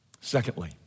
secondly